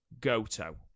Goto